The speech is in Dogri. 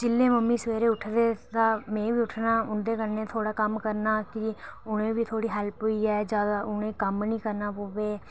जिल्लै मम्मी सबेरे उठदे ता मीं बी उट्ठना उंदे कन्नै कम्म करना कि उनेंगी बी थोह्ड़ी हैल्प होई जाए अता उनेंगी कम्म नी करना पवै